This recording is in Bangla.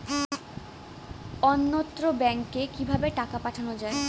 অন্যত্র ব্যংকে কিভাবে টাকা পাঠানো য়ায়?